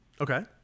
Okay